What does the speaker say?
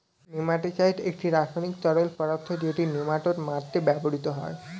nematicide একটি রাসায়নিক তরল পদার্থ যেটি নেমাটোড মারতে ব্যবহৃত হয়